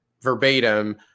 verbatim